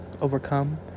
overcome